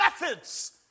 methods